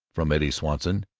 from eddie swanson.